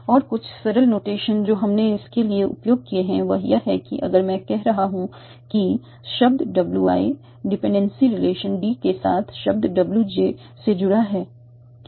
और कुछ सरल नोटेशन जो हमने इसके लिए उपयोग किए हैं वह यह है कि अगर मैं कह रहा हूं कि शब्द w i dependency relation d के साथ शब्द w j से जुड़ा है